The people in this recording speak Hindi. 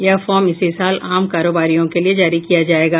यह फार्म इसी साल आम कारोबारियों के लिए जारी किया जायेगा